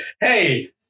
hey